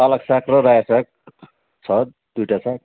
पालक साग र रायो साग छ दुईवटा छ